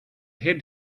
head